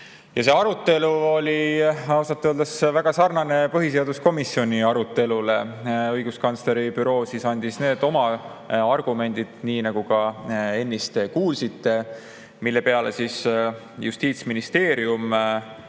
See arutelu oli ausalt öeldes väga sarnane põhiseaduskomisjoni aruteluga. Õiguskantsleri büroo andis teada oma argumendid, nii nagu ka ennist kuulsite, mille peale Justiitsministeerium